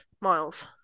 Miles